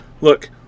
look